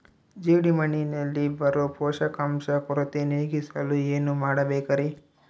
ಜೇಡಿಮಣ್ಣಿನಲ್ಲಿ ಬರೋ ಪೋಷಕಾಂಶ ಕೊರತೆ ನೇಗಿಸಲು ಏನು ಮಾಡಬೇಕರಿ?